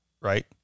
right